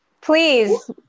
Please